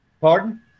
Pardon